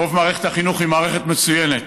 רוב מערכת החינוך היא מערכת מצוינת,